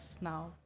now